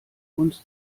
uns